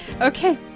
Okay